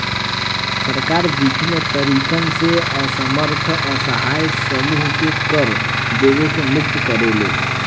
सरकार बिभिन्न तरीकन से असमर्थ असहाय समूहन के कर देवे से मुक्त करेले